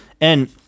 and-